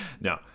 No